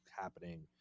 happening